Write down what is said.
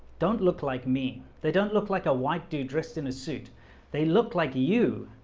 don't look like me they don't look like a white dude dressed in a suit they look like you.